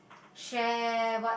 share what